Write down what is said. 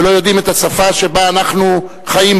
ולא יודעים את השפה שאנחנו חיים,